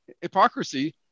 hypocrisy